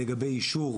לגבי אישור,